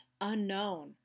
unknown